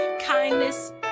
kindness